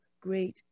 great